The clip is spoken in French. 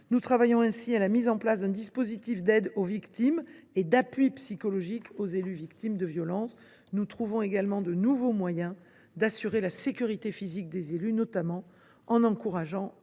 Nous travaillons ainsi à la mise en place d’un dispositif d’aide aux victimes et d’appui psychologique aux élus victimes de violences. Nous trouvons également de nouveaux moyens d’assurer la sécurité physique des élus, notamment en encourageant